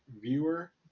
viewer